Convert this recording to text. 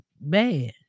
bad